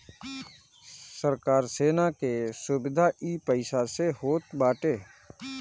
सरकार सेना के सुविधा इ पईसा से होत बाटे